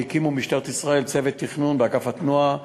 משטרת ישראל הקימה צוות תכנון באגף התכנון,